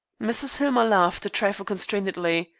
mrs. hillmer laughed, a trifle constrainedly.